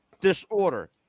disorder